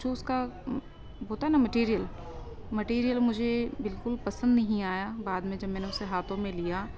جو اس کا ہوتا ہے نا میٹیریل میٹیریل مجھے بالکل پسند نہیں آیا بعد میں جب میں نے اسے ہاتھوں میں لیا